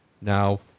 Now